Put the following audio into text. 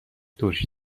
ترشی